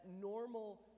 normal